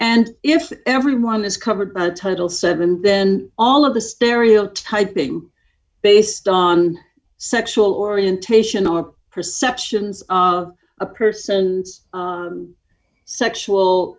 if everyone is covered by the total seven then all of the stereotyping based on sexual orientation or perceptions of a person's sexual